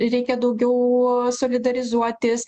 reikia daugiau solidarizuotis